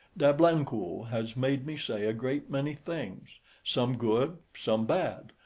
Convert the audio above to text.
d'ablancourt has made me say a great many things, some good, some bad,